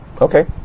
Okay